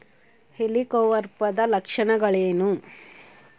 ಹೆಲಿಕೋವರ್ಪದ ಲಕ್ಷಣಗಳೇನು?